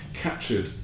captured